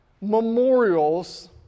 memorials